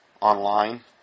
online